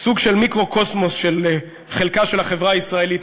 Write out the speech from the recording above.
סוג של מיקרוקוסמוס של חלקה של החברה הישראלית.